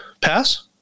pass